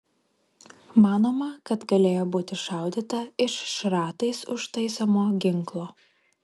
manoma kad galėjo būti šaudyta iš šratais užtaisomo ginklo